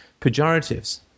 pejoratives